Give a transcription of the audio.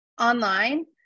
online